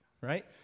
right